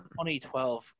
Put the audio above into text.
2012